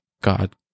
God